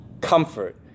comfort